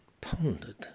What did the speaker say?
pondered